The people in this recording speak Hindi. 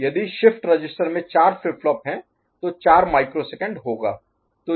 यदि शिफ्ट रजिस्टर में चार फ्लिप फ्लॉप हैं तो यह चार माइक्रोसेकंड होगा